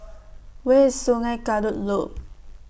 Where IS Sungei Kadut Loop